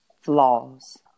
flaws